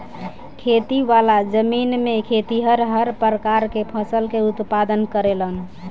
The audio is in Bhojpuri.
खेती वाला जमीन में खेतिहर हर प्रकार के फसल के उत्पादन करेलन